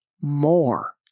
more